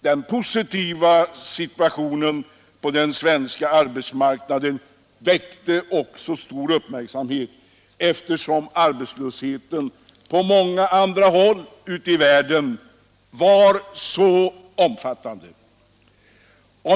Den positiva situationen på den svenska arbetsmarknaden väckte också stor uppmärksamhet, eftersom arbetslösheten på många andra håll ute i världen var så omfattande.